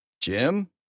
Jim